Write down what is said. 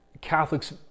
catholics